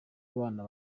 abana